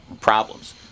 problems